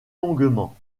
longuement